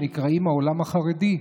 שנקראים העולם החרדי.